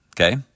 Okay